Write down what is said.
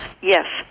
Yes